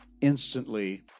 instantly